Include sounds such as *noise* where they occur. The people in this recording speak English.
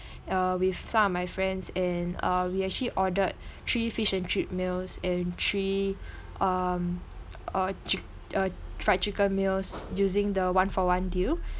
uh with some of my friends and uh we actually ordered *breath* three fish and chip meals and three *breath* um uh chic~ uh fried chicken meals using the one for one deal